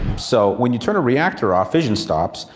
so when you turn a reactor off fission stops,